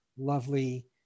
lovely